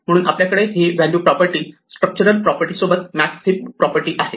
म्हणून आपल्याकडे ही व्हॅल्यू प्रॉपर्टी स्ट्रक्चरल प्रॉपर्टी सोबत मॅक्स हीप प्रॉपर्टी आहे